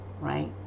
right